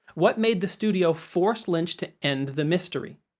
what made the studio force lynch to end the mystery?